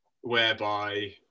whereby